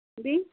بیٚیہِ